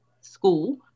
school